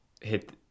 hit